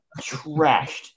trashed